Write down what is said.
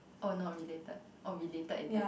oh not related oh related is it